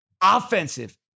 Offensive